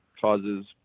causes